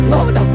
Lord